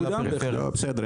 בסדר.